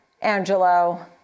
Angelo